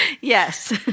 Yes